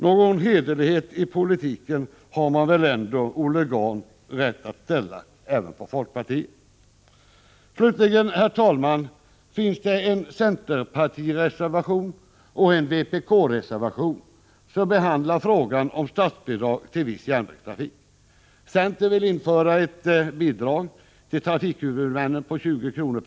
Någon hederlighet i politiken har man väl ändå, Olle Grahn, rätt att kräva även av folkpartiet. Det finns också en centerpartireservation och en vpk-reservation som behandlar frågan om statsbidrag till viss järnvägstrafik. Centern vill införa ett bidrag till trafikhuvudmännen på 20 kr.